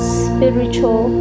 spiritual